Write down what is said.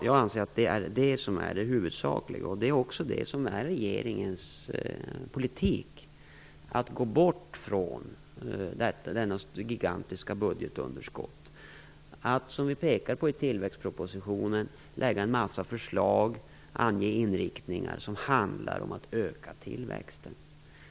Jag anser att det huvudsakliga, som också är regeringens politik, är att gå bort från detta gigantiska budgetunderskott. Det som vi pekar på i tillväxtpropositionen, lägger fram en mängd förslag om och anger inriktningar för handlar om att öka tillväxten.